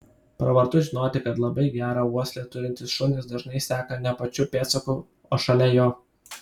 pravartu žinoti kad labai gerą uoslę turintys šunys dažnai seka ne pačiu pėdsaku o šalia jo